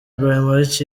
ibrahimovic